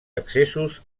accessos